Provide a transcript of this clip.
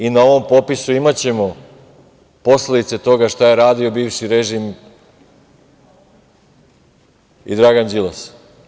I na ovom popisu imaćemo posledice toga šta je radio bivši režim i Dragan Đilas.